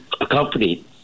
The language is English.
accompanied